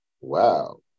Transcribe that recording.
Wow